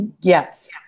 Yes